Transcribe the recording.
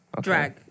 Drag